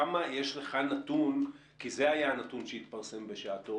כמה יש לך נתון, כי זה היה הנתון שהתפרסם בשעתו